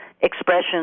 expressions